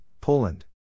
Poland